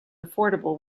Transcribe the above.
affordable